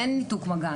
אין ניתוק מגע.